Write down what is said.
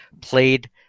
played